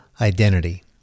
identity